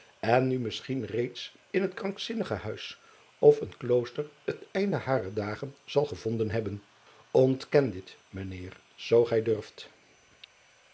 en nu misschien reeds in het krankzinnighuis of een klooster het einde harer dagen zal gevonden hebben ntken dit mijn eer zoo gij durft